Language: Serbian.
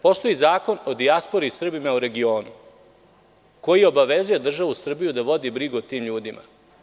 Postoji Zakon o dijaspori i Srbima u regionu koji obavezuje državu Srbiju da vodi brigu o tim ljudima.